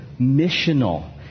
missional